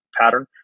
pattern